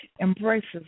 embraces